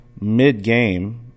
mid-game